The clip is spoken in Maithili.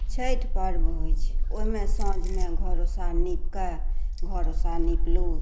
छठि पर्व होइ छै ओहिमे साँझमे घर ओसारा नीपकऽ घर ओसारा निपलहुँ